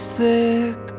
thick